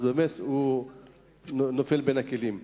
ואז הוא נופל בין הכיסאות.